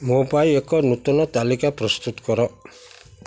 ମୋ ପାଇଁ ଏକ ନୂତନ ତାଲିକା ପ୍ରସ୍ତୁତ କର